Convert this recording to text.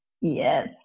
yes